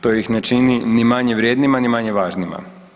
To ih ne čini ni manje vrijednima, ni manje važnima.